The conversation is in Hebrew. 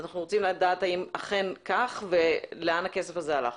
אנחנו רוצים לדעת אם אכן כך ולאן הכסף הזה הלך,